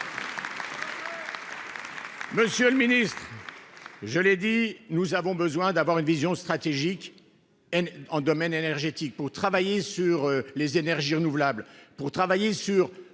Monsieur le Ministre.-- Je l'ai dit, nous avons besoin d'avoir une vision stratégique. En domaine énergétique pour travailler sur les énergies renouvelables pour travailler sur